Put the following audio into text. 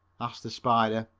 asks the spider.